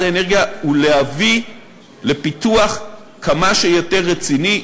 האנרגיה היא להביא לפיתוח כמה שיותר רציני,